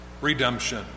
redemption